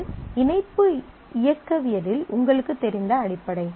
இது இணைப்பு இயக்கவியலில் உங்களுக்குத் தெரிந்த அடிப்படை